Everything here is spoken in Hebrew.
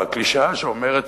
הקלישאה שאומרת,